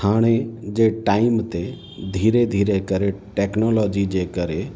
हाणे जे टाइम ते धीरे धीरे करे टेक्नोलॉजी जे करे